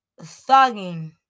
thugging